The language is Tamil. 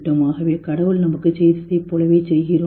ஆகவே கடவுள் நமக்குச் செய்ததைப் போலவே செய்கிறோமா